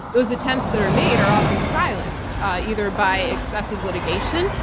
those attempts that are made are often silenced either by excessive litigation,